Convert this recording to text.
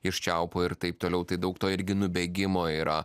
iš čiaupo ir taip toliau tai daug to irgi nubėgimo yra